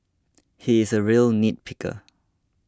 he is a real nitpicker